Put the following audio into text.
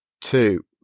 two